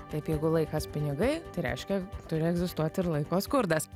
taip jeigu laikas pinigai tai reiškia turi egzistuot ir laiko skurdas